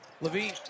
Levine